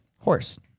horse